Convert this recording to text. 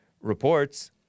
reports